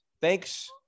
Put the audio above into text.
Thanks